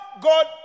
God